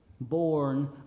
born